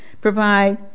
provide